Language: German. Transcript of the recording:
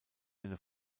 eine